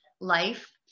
life